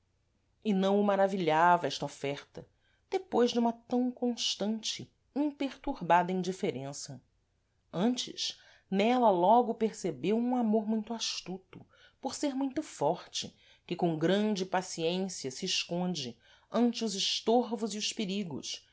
e não o maravilhava esta oferta depois de uma tam constante imperturbada indiferença antes nela logo percebeu um amor muito astuto por ser muito forte que com grande paciência se esconde ante os estorvos e os perigos